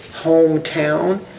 hometown